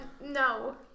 no